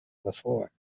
before